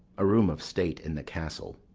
a room of state in the castle.